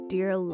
Dear